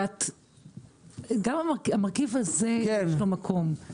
גם למרכיב הזה יש לו מקום.